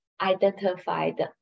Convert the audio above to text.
identified